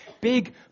big